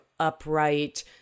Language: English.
upright